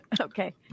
Okay